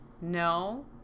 No